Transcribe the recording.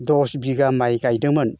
दस बिघा माइ गायदोंमोन